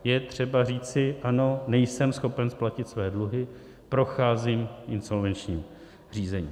Je třeba říci ano, nejsem schopen splatit své dluhy, procházím insolvenčním řízením.